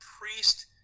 priest